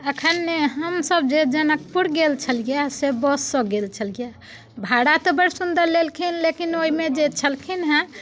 अखन हमसब जे जनकपुर गेल छलियै से बससँ गेल छलियै भाड़ा तऽ बड़ सुन्दर लेलखिन लेकिन ओहिमे जे छलखिन हँ